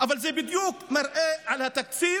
אבל זה מראה בדיוק על התקציב